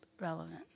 relevant